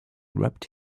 rubbed